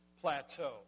plateau